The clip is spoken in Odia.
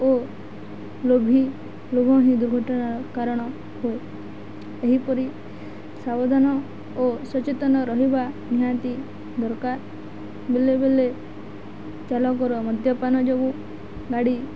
ଓ ଲୋଭି ଲୋଭ ହିଁ ଦୁର୍ଘଟଣା କାରଣ ହୁଏ ଏହିପରି ସାବଧାନ ଓ ସଚେତନ ରହିବା ନିହାତି ଦରକାର ବେଳେ ବେଳେ ଚାଳକର ମଧ୍ୟପାନ ଯୋଗୁଁ ଗାଡ଼ି